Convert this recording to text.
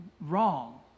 wrong